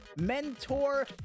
mentor